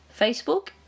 Facebook